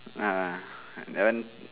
ah that one